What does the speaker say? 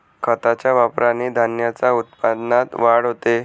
खताच्या वापराने धान्याच्या उत्पन्नात वाढ होते